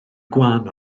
gwan